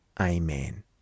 Amen